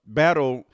battle